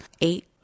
Eight